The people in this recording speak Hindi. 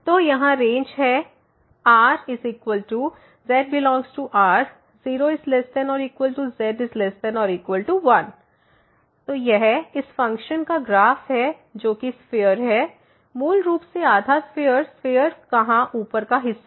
तो यह यहाँ रेंज है का Rz∈R0≤z≤1 तो यह इस फ़ंक्शन का ग्राफ है जो कि स्फीयर है मूल रूप से आधा स्फीयर स्फीयर कहां ऊपर का हिस्सा